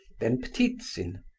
then ptitsin,